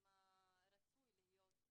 ומה רצוי שיהיה.